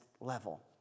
level